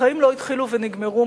החיים לא התחילו ונגמרו,